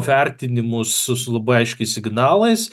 vertinimus su su labai aiškais signalais